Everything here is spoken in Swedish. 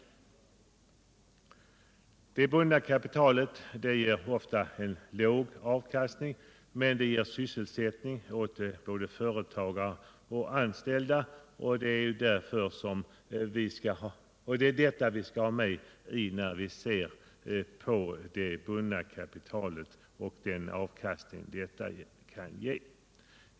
Det bundna kapitalet ger ofta en låg avkastning men skänker sysselsättning åt både företagare och anställda, och det är detta vi skall tänka på när vi ser på den avkastning som det bundna kapitalet kan ge.